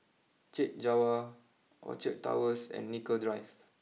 Chek Jawa Orchard Towers and Nicoll Drive